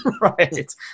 Right